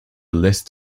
list